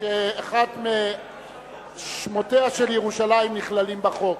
שאחד משמותיה של ירושלים נכלל בחוק,